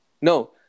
No